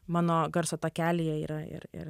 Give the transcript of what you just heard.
mano garso takelyje yra ir ir